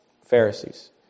Pharisees